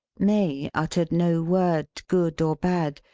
may uttered no word, good or bad,